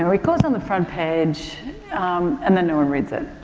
know, it goes on the front page and then no one reads it.